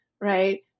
right